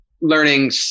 learning